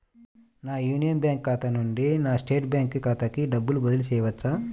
నా Union Bank ఖాతా నుండి నా స్టేట్ బ్యాంకు ఖాతాకి డబ్బు బదిలి చేయవచ్చా?